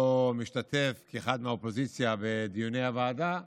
משתתף כאחד מהאופוזיציה בדיוני הוועדה,